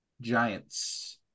Giants